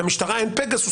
למשטרה אין פגסוס,